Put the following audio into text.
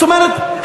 זאת אומרת,